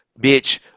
bitch